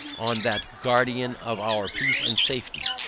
on that guardian of our peace and safety.